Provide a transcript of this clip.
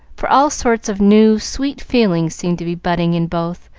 for all sorts of new, sweet feelings seemed to be budding in both,